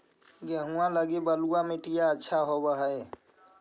गेहुआ लगी बलुआ मिट्टियां अच्छा होव हैं?